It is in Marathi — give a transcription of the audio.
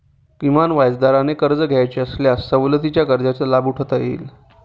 कमी व्याजदराने कर्ज घ्यावयाचे असल्यास सवलतीच्या कर्जाचा लाभ उठवता येईल